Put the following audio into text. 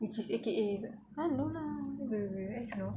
which is !huh! no lah